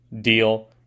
deal